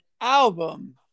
album